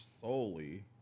solely